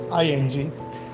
ing